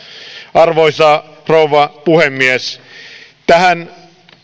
arvoisa rouva puhemies tähän